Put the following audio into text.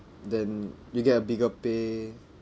then you get a bigger pay